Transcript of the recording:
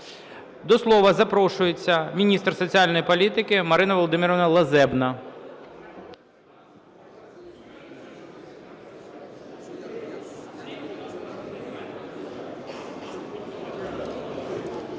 До слова запрошується міністр соціальної політики Марина Володимирівна Лазебна.